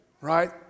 right